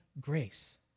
Grace